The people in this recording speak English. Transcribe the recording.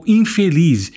infeliz